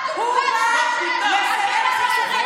הוא בא לסיים סכסוכים